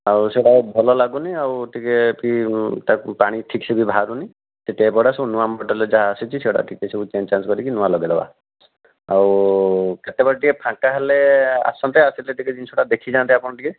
ଆଉ ସେଇଗୁଡ଼ାକ ଭଲ ଲାଗୁନି ଆଉ ଟିକେ ଫ୍ରି ତାକୁ ପାଣି ଠିକ୍ସେ ବି ବାହାରୁନି ସେ ଟ୍ୟାପ୍ଗୁଡ଼ା ସବୁ ନୂଆ ମଡ଼େଲ୍ ଯାହା ଆସିଛି ସେଇଗୁଡ଼ା ଟିକିଏ ସବୁ ଚେଞ୍ଜ ଚାଞ୍ଜ କରିକି ନୂଆ ଲଗାଇଦେବା ଆଉ କେତେବେଳେ ଟିକିଏ ଫାଙ୍କା ହେଲେ ଆସନ୍ତେ ଆସିଲେ ଟିକିଏ ଜିନିଷଟା ଦେଖିଯାଆନ୍ତେ ଆପଣ ଟିକିଏ